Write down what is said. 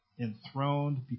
enthroned